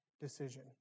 decision